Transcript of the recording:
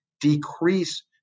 decrease